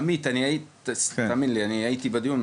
עמית תאמין לי אני הייתי בדיון,